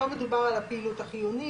לא מדובר על הפעילות החיונית.